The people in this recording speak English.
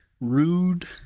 rude